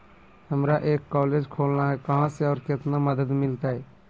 हमरा एक कॉलेज खोलना है, कहा से और कितना मदद मिलतैय?